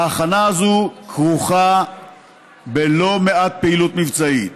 ההכנה הזו כרוכה בלא מעט פעילות מבצעית.